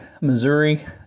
Missouri